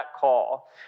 call